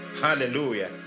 Hallelujah